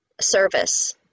service